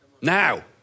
Now